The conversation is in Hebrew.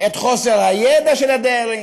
את חוסר הידע של הדיירים,